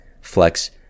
flex